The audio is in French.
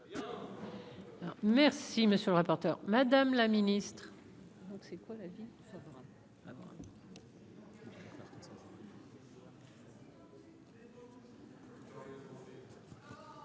Merci, monsieur le rapporteur, Madame la Ministre.